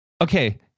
okay